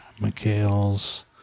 McHale's